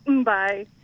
Bye